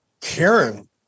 Karen